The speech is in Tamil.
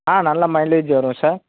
ஆ நல்ல மைலேஜ் வரும் சார்